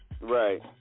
Right